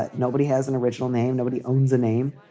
but nobody has an original name. nobody owns a name.